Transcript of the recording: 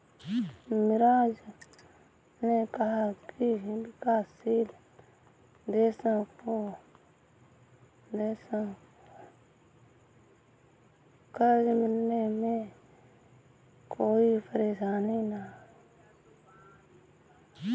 मिराज ने कहा कि विकासशील देशों को कर्ज मिलने में कोई परेशानी न हो